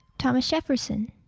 thomas jefferson